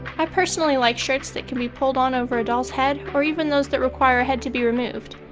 i personally like shirts that can be pulled on over a doll's head or even those that require a head to be removed,